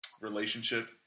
relationship